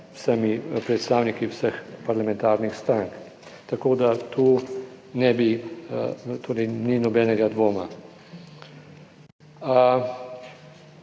vsemi predstavniki vseh parlamentarnih strank, tako da tu ne bi, torej, ni nobenega dvoma.